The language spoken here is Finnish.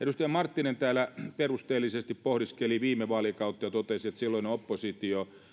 edustaja marttinen täällä perusteellisesti pohdiskeli viime vaalikautta ja totesi että silloinen oppositio